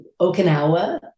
Okinawa